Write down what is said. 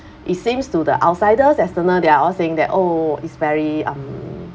it seems to the outsiders external they are all saying that oh is very um